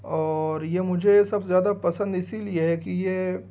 اور یہ مجھے سب سے زیادہ پسند اسی لیے ہے کہ یہ